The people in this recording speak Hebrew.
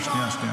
סימון,